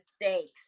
mistakes